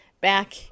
back